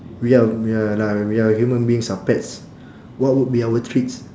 we our ya lah we our human beings are pets what would be our treats